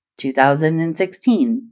2016